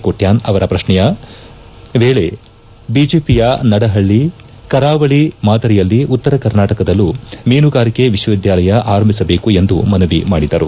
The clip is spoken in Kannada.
ಕೋಟ್ಲಾನ್ ಅವರ ಪ್ರಶ್ನೆಯ ವೇಳೆ ಬಿಜೆಪಿಯ ನಡಪಳ್ಳಿ ಕರಾವಳ ಮಾದರಿಯಲ್ಲಿ ಉತ್ತರ ಕರ್ನಾಟಕದಲ್ಲೂ ಮೀನುಗಾರಿಕೆ ವಿಶ್ವವಿದ್ವಾಲಯ ಆರಂಭಿಸಬೇಕೆಂದು ಮನವಿ ಮಾಡಿದರು